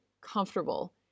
comfortable